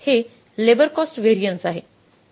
हे labour cost variance आहे